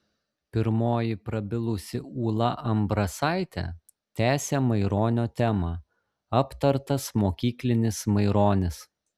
pirmoji prabilusi ūla ambrasaitė tęsė maironio temą aptartas mokyklinis maironis